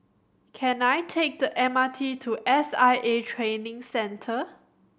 can I take the M R T to S I A Training Centre